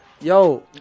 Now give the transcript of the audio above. Yo